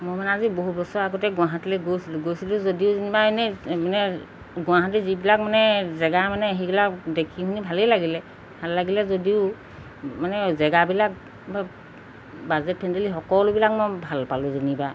মই মানে আজি বহু বছৰ আগতে গুৱাহাটীলৈ গৈছিলোঁ গৈছিলোঁ যদিও যেনিবা এনেই মানে গুৱাহাটী যিবিলাক মানে জেগা মানে সেইবিলাক দেখি শুনি ভালেই লাগিলে ভাল লাগিলে যদিও মানে জেগাবিলাক বাজেট ফেণ্ডেলি সকলোবিলাক মই ভাল পালোঁ যেনিবা